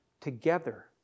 together